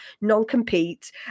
non-compete